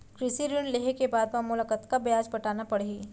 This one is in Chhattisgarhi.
कृषि ऋण लेहे के बाद म मोला कतना ब्याज पटाना पड़ही?